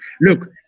Look